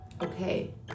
okay